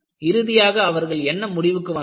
இறுதியாக அவர்கள் என்ன முடிவுக்கு வந்தார்கள்